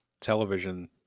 television